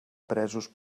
presos